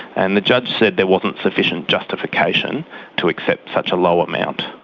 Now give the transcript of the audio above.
and the judge said there wasn't sufficient justification to accept such a low amount.